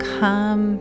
come